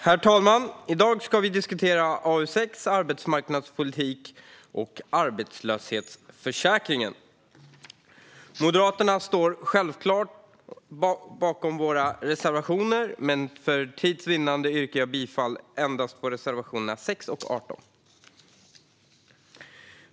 Herr talman! I dag ska vi diskutera AU6 Arbetsmarknad och arbetslöshetsförsäkringen . Vi i Moderaterna står självklart bakom våra reservationer. Men för tids vinnande yrkar jag bifall endast till reservationerna 6 och 18.